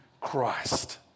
Christ